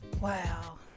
Wow